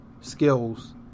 skills